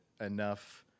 enough